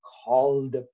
Called